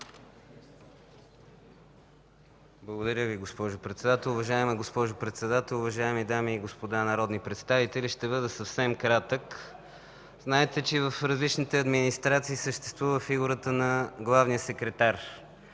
Благодаря Ви, госпожо Председател. Уважаема госпожо Председател, уважаеми дами и господа народни представители! Ще бъда съвсем кратък. Знаете, че в различните администрации съществува фигурата на главния секретар.